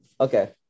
Okay